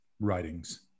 writings